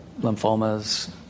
lymphomas